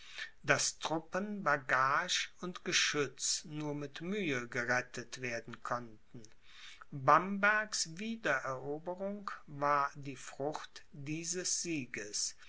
daß truppen bagage und geschütz nur mit mühe gerettet werden konnten bambergs wiedereroberung war die frucht dieses sieges